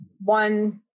one